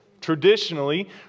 Traditionally